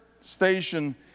station